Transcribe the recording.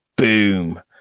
Boom